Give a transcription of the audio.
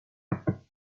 attack